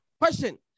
Question